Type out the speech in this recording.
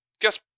guess